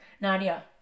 Nadia